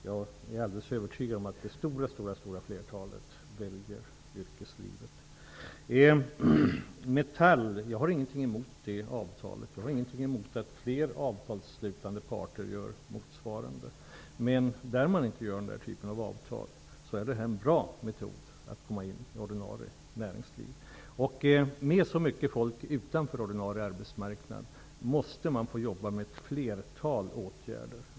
Jag är också övertygad om att det stora flertalet människor väljer yrkeslivet. Jag har ingenting emot Metalls avtal, och jag har ingenting emot att fler parter på arbetsmarknaden sluter motsvarande avtal. Men i de fall den här typen av avtal ej slutits, är detta en bra metod att komma in i ordinarie näringsliv på. Med så mycket folk utanför ordinarie arbetsmarknad måste man jobba med ett flertal åtgärder.